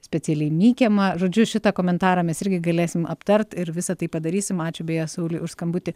specialiai mykiama žodžiu šitą komentarą mes irgi galėsim aptart ir visą tai padarysim ačiū beje sauliui už skambutį